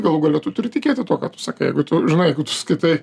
galų gale tu turi tikėti tuo ką tu sakai jeigu tu žinai jeigu tu skaitai